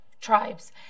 tribes